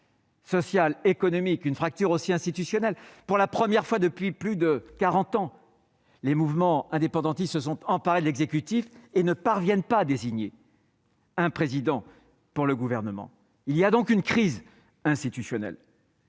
sociale, économique, mais aussi institutionnelle. Pour la première fois depuis plus de quarante ans, les mouvements indépendantistes se sont emparés de l'exécutif et ne parviennent pas à désigner un président pour le gouvernement. La crise institutionnelle